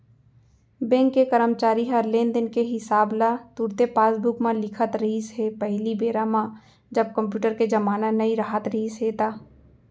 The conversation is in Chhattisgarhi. बेंक के करमचारी ह लेन देन के हिसाब ल तुरते पासबूक म लिखत रिहिस हे पहिली बेरा म जब कम्प्यूटर के जमाना नइ राहत रिहिस हे ता